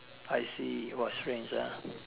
I see !wah! strange ah